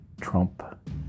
Trump